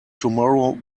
tomorrow